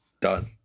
done